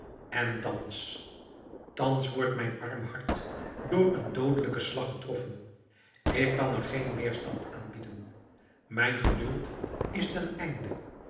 en thans thans wordt mijn arm hart door een doodelijken slag getroffen ik kan er geen weêrstand aan bieden mijn geduld is ten einde